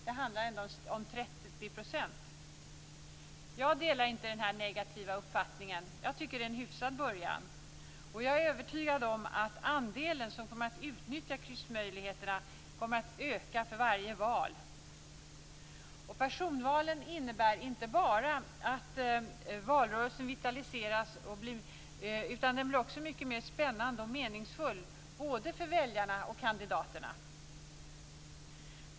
Det handlade endast om 30 %. Jag delar inte den negativa uppfattningen. Jag tycker att det är en hyfsad början. Jag är övertygad om att andelen som kommer att utnyttja kryssmöjligheterna kommer att öka för varje val. Personvalen innebär inte bara att valrörelsen vitaliseras, den blir också spännande och mer meningsfull både för väljarna och för kandidaterna.